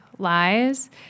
lies